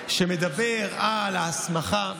שמדבר על ההסמכה: